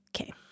okay